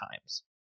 times